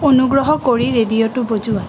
অনুগ্ৰহ কৰি ৰেডিঅ'টো বজোৱা